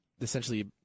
essentially